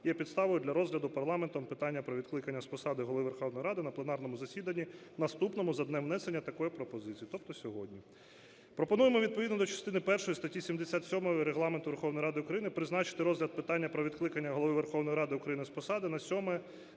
є підставою для розгляду парламентом питання про відкликання з посади Голови Верховної Ради на пленарному засіданні, наступному за днем внесення такої пропозиції, тобто сьогодні. Пропонуємо відповідно до частини першої статті 77 Регламенту Верховної Ради України призначити розгляд питання про відкликання Голови Верховної Ради України з посади на